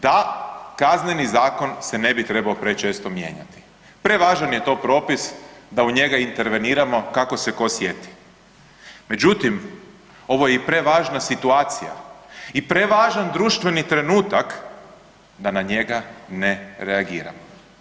Da, Kazneni zakon se ne bi trebao prečesto mijenjati, prevažan je to propisa da u njega interveniramo kako se ko sjeti, međutim, ovo je i prevažna situacija i prevažan društveni trenutak da na njega ne reagiramo.